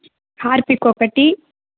Harpic ఒకటి